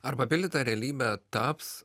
ar papildyta realybe taps